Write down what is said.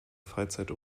freizeit